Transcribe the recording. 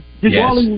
Yes